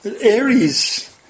Aries